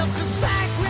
decide